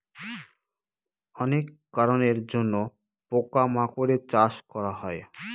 অনেক কারনের জন্য পোকা মাকড়ের চাষ করা হয়